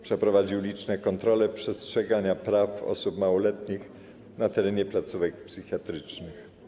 Przeprowadził liczne kontrole przestrzegania praw osób małoletnich na terenie placówek psychiatrycznych.